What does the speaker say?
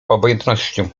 obojętnością